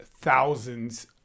thousands